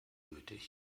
nötig